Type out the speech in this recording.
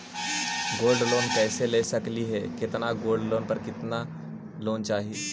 Gold loan कैसे ले सकली हे, कितना गोल्ड पर कितना लोन चाही?